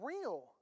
real